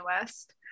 West